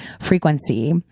frequency